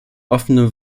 offene